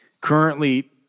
currently